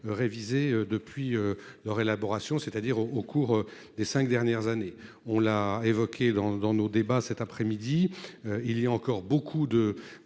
Révisée depuis leur élaboration c'est-à-dire au au cours des 5 dernières années, on l'a évoqué dans dans nos débats cet après-midi il y a encore beaucoup de